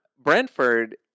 Brentford